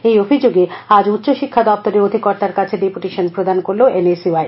এই অভিযোগে আজ উষ্চ শিক্ষা দপ্তরের অধিকর্তার কাছে ডেপুটেশন প্রদান করল এন এস ইউ আই